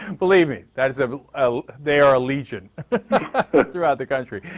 believe me, that is ah ah they are a legion throughout the country.